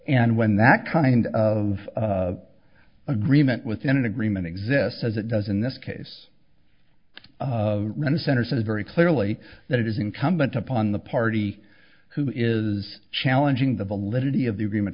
and when that kind of agreement within an agreement exists as it does in this case right of center says very clearly that it is incumbent upon the party who is challenging the validity of the agreement